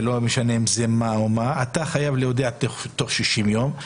אתה חייב להודיע תוך 60 יום,